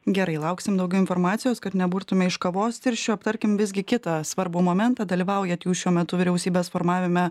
gerai lauksim daugiau informacijos kad neburtume iš kavos tirščių aptarkim visgi kitą svarbų momentą dalyvaujat jūs šiuo metu vyriausybės formavime